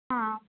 हां